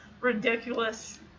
ridiculous